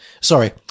sorry